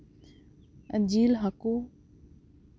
ᱡᱤᱞ ᱦᱟᱹᱠᱩ